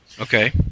Okay